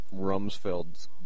Rumsfeld's